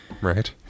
Right